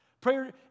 Prayer